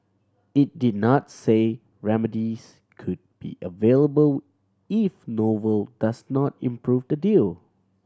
it did not say remedies could be available if novel does not improve the deal